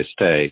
stay